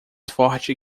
forte